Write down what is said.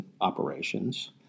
operations